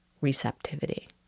receptivity